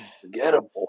forgettable